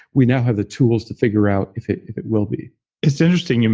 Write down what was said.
we now have the tools to figure out if it it will be it's interesting. and